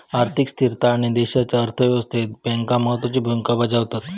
आर्थिक स्थिरता आणि देशाच्या अर्थ व्यवस्थेत बँका महत्त्वाची भूमिका बजावतत